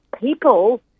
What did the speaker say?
people